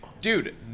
dude